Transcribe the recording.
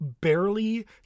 barely